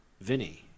Vinny